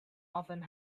often